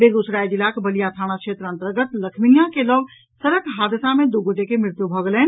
बेगूसराय जिलाक बलिया थाना क्षेत्र अंतर्गत लखमिनिया के लऽग सड़क हादसा मे दू गोटे के मृत्यु भऽ गेलनि